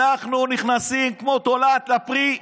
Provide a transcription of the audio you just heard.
אנחנו נכנסים כמו תולעת לפרי,